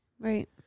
Right